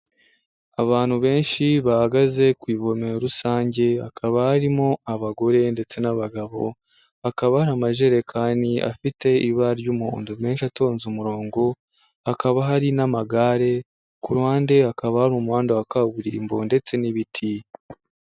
Abantu benshi bahagaze ku ivome rusange, hakaba harimo abagore ndetse n'abagabo, hakaba hari amajerekani afite ibara ry'umuhondo menshi atonze umurongo, hakaba hari n'amagare, ku runde hakaba hari umuhanda wa kaburimbo ndetse n'ibiti.